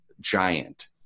giant